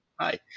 Hi